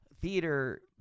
theater